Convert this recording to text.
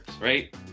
right